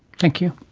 thank you.